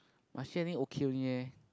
Marche I think okay only eh